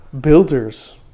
builders